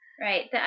Right